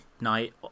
night